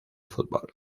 fútbol